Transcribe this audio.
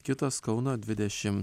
kitos kauno dvidešim